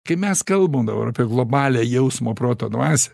kai mes kalbam dabar apie globalią jausmo proto dvasią